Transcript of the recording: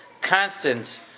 constant